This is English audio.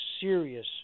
serious